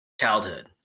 childhood